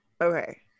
Okay